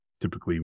typically